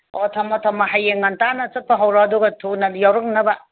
ꯑꯣ ꯊꯝꯃꯣ ꯊꯝꯃꯣ ꯍꯌꯦꯡ ꯉꯟꯇꯥꯅ ꯆꯠꯄ ꯍꯧꯔꯣ ꯑꯗꯨꯒ ꯊꯨꯅ ꯌꯧꯔꯛꯅꯕ